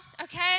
okay